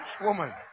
woman